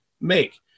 make